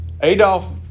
Adolf